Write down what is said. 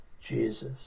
Jesus